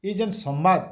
ଏ ଜିନ୍ ସମ୍ବାଦ୍